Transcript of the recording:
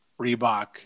Reebok